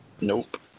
Nope